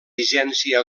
vigència